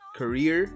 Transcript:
career